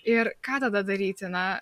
ir ką tada daryti na